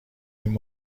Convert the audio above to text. این